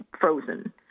frozen